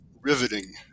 riveting